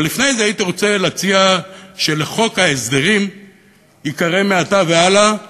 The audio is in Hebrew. אבל לפני זה הייתי רוצה להציע שחוק ההסדרים ייקרא מעתה והלאה